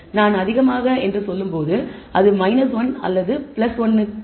நான் அதிகமாக என்று சொல்லும்போது அது 1 அல்லது 1 ஆக இருக்கலாம்